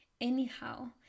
anyhow